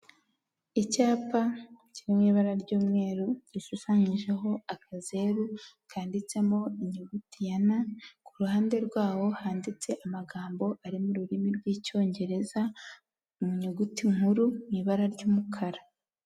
Icyapa kirimo ibara ry'umweru rishushanyijeho akazeru kanditsemo inyuguti ya na kuruhande rwawo handitse amagambo ari mu rurimi rw'icyongereza mu nyuguti nkuru mu ibara ry'umukara.